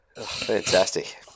Fantastic